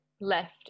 left